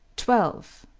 twelve.